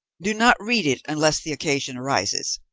do not read it unless the occasion arises.